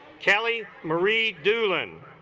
kelly marie doolin